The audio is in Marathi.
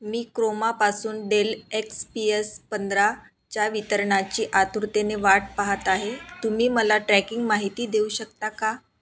मी क्रोमापासून डेल एक्स पी एस पंधराच्या वितरणाची आतुरतेने वाट पाहात आहे तुम्ही मला ट्रॅकिंग माहिती देऊ शकता का